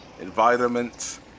environment